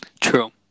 True